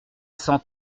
cent